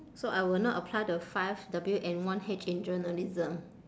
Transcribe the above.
so I will not apply the five W and one H in journalism